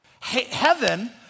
Heaven